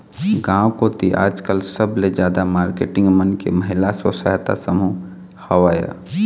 गांव कोती आजकल सबले जादा मारकेटिंग मन के महिला स्व सहायता समूह हवय